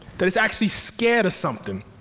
that it's actually scared of something.